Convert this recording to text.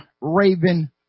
raven